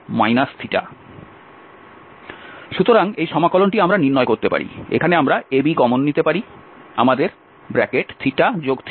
সুতরাং এই সমাকলনটি আমরা নির্ণয় করতে পারি এখানে আমরা ab কমোন নিতে পারি আমাদের θ আছে